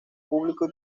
público